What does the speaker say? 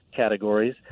categories